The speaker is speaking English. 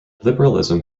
liberalism